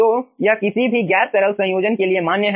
तो यह किसी भी गैस तरल संयोजन के लिए मान्य है